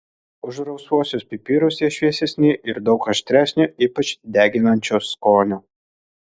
už rausvuosius pipirus jie šviesesni ir daug aštresnio ypač deginančio skonio